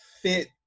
fit